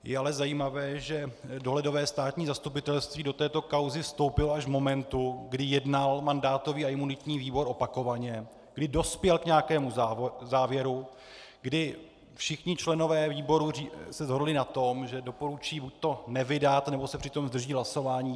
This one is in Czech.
Je ale zajímavé, že dohledové státní zastupitelství do této kauzy vstoupilo až v momentu, kdy jednal mandátový a imunitní výbor opakovaně, kdy dospěl k nějakému závěru, kdy všichni členové výboru se shodli na tom, že doporučí buď nevydat, nebo se přitom zdrží hlasování.